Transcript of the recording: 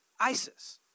ISIS